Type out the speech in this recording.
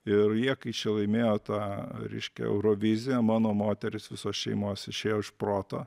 ir jie kai čia laimėjo tą reiškia euroviziją mano moterys visos šeimos išėjo iš proto